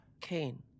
Kane